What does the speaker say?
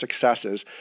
successes